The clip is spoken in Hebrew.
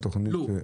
לא.